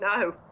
No